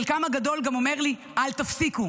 חלקם הגדול גם אומר לי: אל תפסיקו,